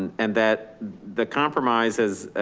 and and that the compromise has,